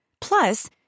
Plus